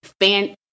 fan